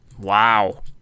Wow